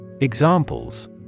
Examples